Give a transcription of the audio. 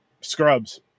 Scrubs